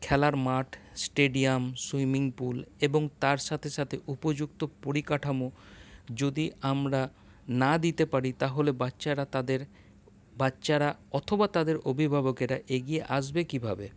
খেলার মাঠ stadium swimming pool এবং তার সাথে সাথে উপযুক্ত পরিকাঠামো যদি আমরা না দিতে পারি তাহলে বাচ্চারা তাদের বাচ্চারা অথবা তাদের অভিভাবকেরা এগিয়ে আসবে কীভাবে